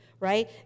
right